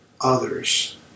others